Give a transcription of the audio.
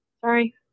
Sorry